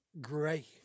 gray